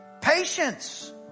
Patience